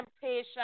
temptation